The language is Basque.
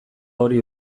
hori